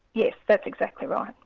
yes, that's exactly right.